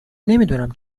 نمیدونم